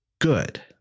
good